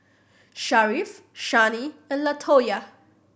Sharif Shani and Latoya